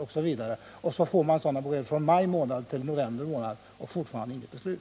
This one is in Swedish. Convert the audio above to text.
Det känns inte bra att få sådana besked från maj månad till november månad och fortfarande inget beslut.